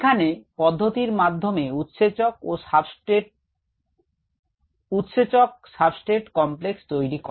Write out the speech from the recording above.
এখানে পদ্ধতির মাধ্যমে উৎসেচক ও সাবস্ট্রেট উৎসেচক সাবস্ট্রেট কমপ্লেক্স তৈরি করে